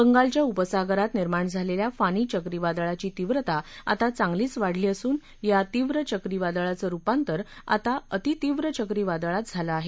बंगालच्या उपसागरात निर्माण झालेल्या फानी चक्रीवादळाची तीव्रता आता चांगलीच वाढली असून या तीव्र चक्रीवादळाचं रुपांतर आता अतितीव्र चक्रीवादळात झालं आहे